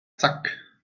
zack